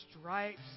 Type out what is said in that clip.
stripes